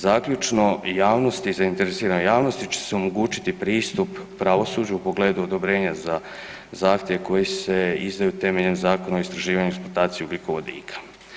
Zaključno, javnost i zainteresirana javnost će se omogućiti pristup pravosuđu u pogledu odobrenja za zahtjeve koji se izdaju temeljem Zakona o istraživanju i eksploataciji ugljikovodika.